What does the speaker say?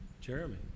Jeremy